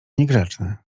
niegrzeczny